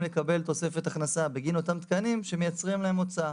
לקבל תוספת הכנסה בגין אותם תקנים שמייצרים להם הוצאה.